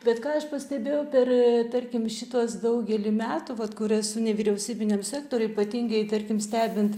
bet ką aš pastebėjau per tarkim šituos daugelį metų vat kur esu nevyriausybiniam sektoriuj ypatingai tarkim stebint